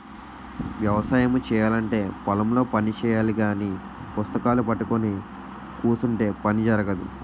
వ్యవసాయము చేయాలంటే పొలం లో పని చెయ్యాలగాని పుస్తకాలూ పట్టుకొని కుసుంటే పని జరగదు